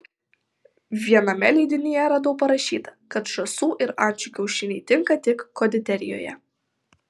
viename leidinyje radau parašyta kad žąsų ir ančių kiaušiniai tinka tik konditerijoje